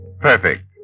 Perfect